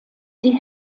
die